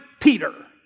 Peter